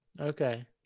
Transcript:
okay